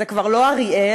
זה כבר לא אריאל,